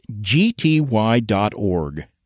gty.org